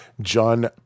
John